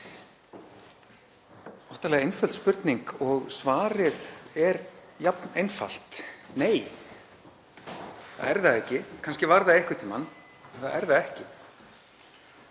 Óttalega einföld spurning og svarið er jafn einfalt: Nei, það er það ekki. Kannski var það einhvern tímann en það er það ekki.